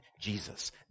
Jesus